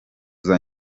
buryo